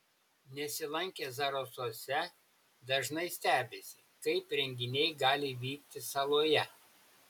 nesilankę zarasuose dažnai stebisi kaip renginiai gali vykti saloje